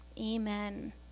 Amen